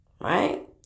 Right